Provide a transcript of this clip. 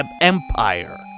empire